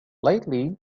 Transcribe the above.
lately